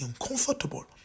uncomfortable